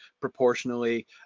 proportionally